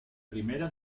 primera